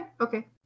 okay